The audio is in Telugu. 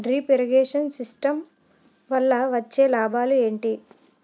డ్రిప్ ఇరిగేషన్ సిస్టమ్ వల్ల వచ్చే లాభాలు ఏంటి?